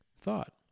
thought